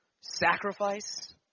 sacrifice